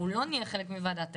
לא נהיה חלק מוועדת האתיקה,